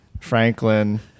Franklin